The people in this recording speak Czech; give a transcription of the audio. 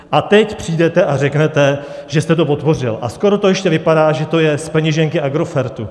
A teď přijdete a řeknete, že jste to podpořil a skoro to ještě vypadá, že to je z peněženky Agrofertu.